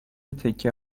تکه